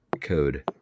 code